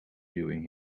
doing